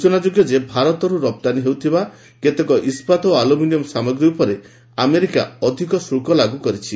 ସୂଚନାଯୋଗ୍ୟ ଯେ ଭାରତରୁ ରପ୍ତାନୀ ହେଉଥିବା କେତେକ ଇସ୍କାତ ଓ ଆଲୁମିନିୟମ୍ ସାମଗ୍ରୀ ଉପରେ ଆମେରିକା ଅତି ଅଧିକ ଶୁଳ୍କ ଲାଗୁ କରିଛି